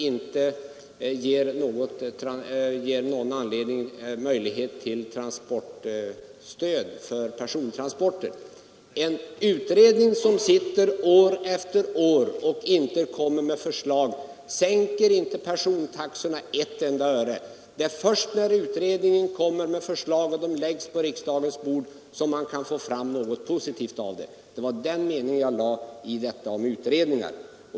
Det gällde det utredningsarbete som förhindrar möjligheterna till transportstöd för persontransporter. En utredning som arbetar år efter år och inte framlägger några förslag sänker inte persontaxorna ett enda öre. Det är först när utredningen kommer med förslag som läggs på riksdagens bord som man kan få ut någonting positivt av dess arbete. Det var det jag menade med mitt tal om utredningar.